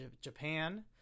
Japan